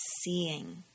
seeing